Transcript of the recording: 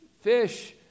fish